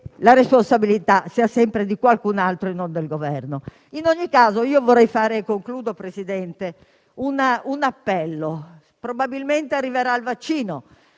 la responsabilità sia sempre di qualcun altro e non del Governo. In ogni caso, in conclusione, vorrei fare un appello: probabilmente arriverà il vaccino.